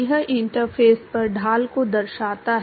यह इंटरफ़ेस पर ढाल को दर्शाता है